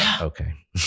okay